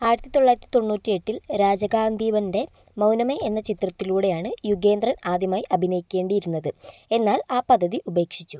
ആയിരത്തി തൊള്ളായിരത്തി തൊണ്ണൂറ്റിയെട്ടിൽ രാജകാന്തീബന്റെ മൗനമേ എന്ന ചിത്രത്തിലൂടെയാണ് യുഗേന്ദ്രൻ ആദ്യമായി അഭിനയിക്കേണ്ടിയിരുന്നത് എന്നാൽ ആ പദ്ധതി ഉപേക്ഷിച്ചു